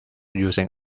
using